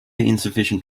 insufficient